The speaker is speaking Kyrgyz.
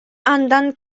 андан